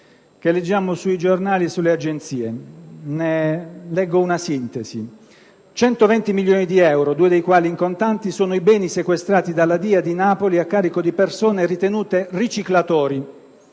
che leggiamo sui giornali e sulle agenzie e di cui darò una sintesi. 120 milioni di euro, 2 dei quali in contanti, è il valore dei beni sequestrati dalla DIA di Napoli a carico di persone ritenute riciclatori